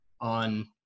on